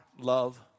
love